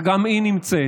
וגם היא נמצאת.